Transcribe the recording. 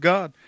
God